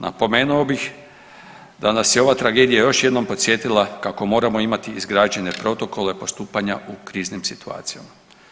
Napomenuo bih da nas je ova tragedija još jednom podsjetila kako moramo imati izgrađene protokole postupanja u kriznim situacijama.